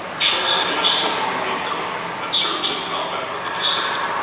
shultz enlists in the marine corps and serves in combat in the pacific.